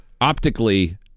Optically